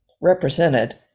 represented